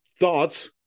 thoughts